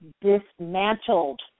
dismantled